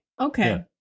Okay